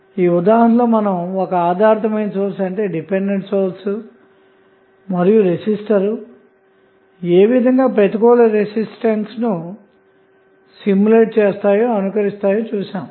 ఈ ఉదాహరణలో మనము ఒక ఆధారితమైన సోర్స్ మరియు రెసిస్టర్ ఏ విధంగా ప్రతికూల రెసిస్టెన్స్ ను అనుకరిస్తాయి అన్నది చూసాము